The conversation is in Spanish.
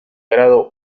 grado